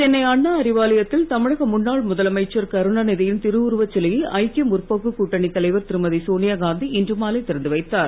சென்னை அண்ணா அறிவாலயத்தில் தமிழக முன்னாள் முதலமைச்சர் கருணாநிதியின் திருவுருவச் சிலையை ஐக்கிய முற்போக்கு கூட்டணித் தலைவர் திருமதி சோனியாகாந்தி இன்று மாலை திறந்து வைத்தார்